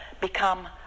become